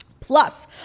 Plus